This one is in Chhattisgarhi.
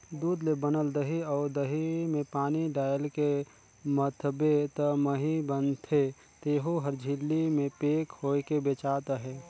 दूद ले बनल दही अउ दही में पानी डायलके मथबे त मही बनथे तेहु हर झिल्ली में पेक होयके बेचात अहे